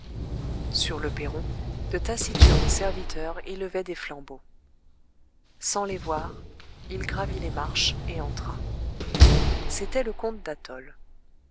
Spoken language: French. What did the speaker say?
sur le perron de taciturnes serviteurs élevaient des flambeaux sans les voir il gravit les marches et entra c'était le comte